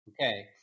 Okay